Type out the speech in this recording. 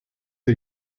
der